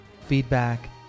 feedback